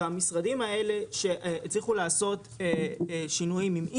והמשרדים האלה שהצילו לעשות שינויים עם אימפקט,